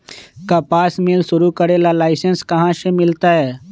कपास मिल शुरू करे ला लाइसेन्स कहाँ से मिल तय